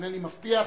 אינני מבטיח,